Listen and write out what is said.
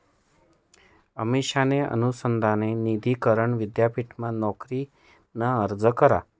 अमिषाने अनुसंधान निधी करण विद्यापीठमा नोकरीना अर्ज करा